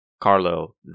carlo